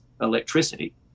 electricity